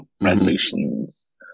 resolutions